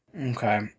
Okay